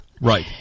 Right